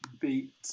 beat